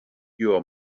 pure